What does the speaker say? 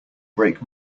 break